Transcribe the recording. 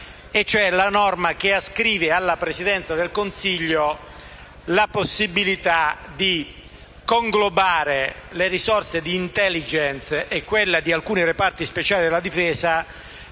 cioè la norma che ascrive alla Presidenza del Consiglio la possibilità di conglobare le risorse di *intelligence* e quelle di alcuni reparti speciali della Difesa